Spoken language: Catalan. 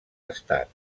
estat